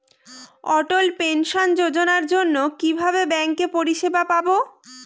অটল pension যোজনার জন্য কিভাবে ব্যাঙ্কে পরিষেবা পাবো?